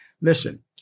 Listen